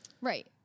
right